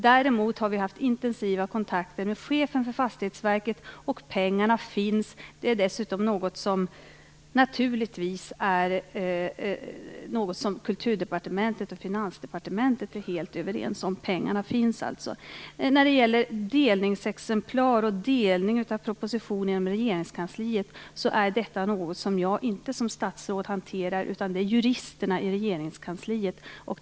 Däremot har vi haft intensiva kontakter med chefen för Fastighetsverket, och pengarna finns. Det är dessutom något som Kulturdepartementet och Finansdepartementet naturligtvis är helt överens om, pengarna finns alltså. Delningsexemplar och delning av propositioner genom regeringskansliet är något som inte jag som statsråd hanterar. Det gör juristerna i regeringskansliet.